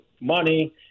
money